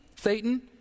Satan